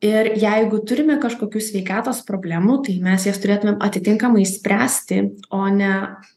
ir jeigu turime kažkokių sveikatos problemų tai mes jas turėtumėm atitinkamai spręsti o ne